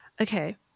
okay